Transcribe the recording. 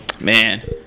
man